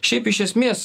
šiaip iš esmės